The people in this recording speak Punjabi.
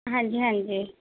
ਹਾਂਜੀ ਹਾਂਜੀ